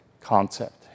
concept